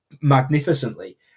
magnificently